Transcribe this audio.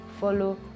follow